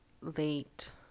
late